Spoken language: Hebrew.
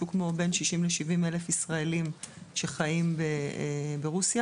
בין 60,000-70,000 ישראלים שחיים ברוסיה,